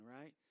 right